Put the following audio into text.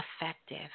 effective